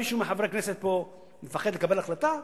מישהו מחברי הכנסת פה מפחד לקבל החלטה?